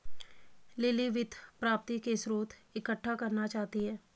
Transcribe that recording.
lily वित्त प्राप्ति के स्रोत इकट्ठा करना चाहती है